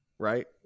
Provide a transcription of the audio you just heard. Right